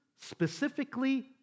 specifically